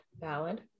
valid